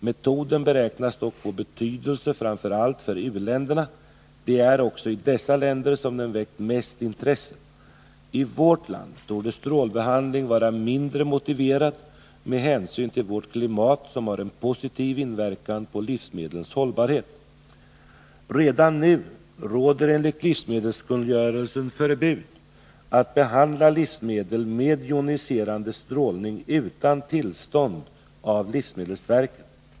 Metoden beräknas dock få betydelse framför allt för u-länderna. Det är också i dessa länder som den väckt mest intresse. I vårt land torde strålbehandling vara mindre motiverad med hänsyn till vårt klimat som har en positiv inverkan på livsmedlens hållbarhet. Redan nu råder enligt livsmedelskungörelsen förbud mot att behandla livsmedel med joniserande strålning utan tillstånd av livsmedelsverket.